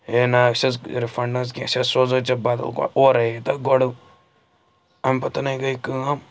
ہیے نہ أسۍ حظ رِفنٛڈ نَہ حظ کینٛہہ أسۍ حظ سوزہَے ژےٚ بَدَل گۄ اورَے دَپ گۄڈٕ اَمہِ پَتَن گٔے کٲم